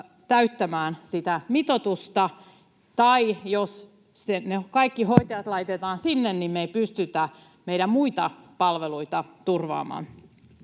täyttämään sitä mitoitusta — tai jos kaikki hoitajat laitetaan sinne, niin me ei pystytä meidän muita palveluita turvaamaan.